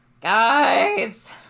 Guys